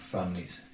families